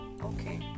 Okay